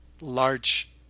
large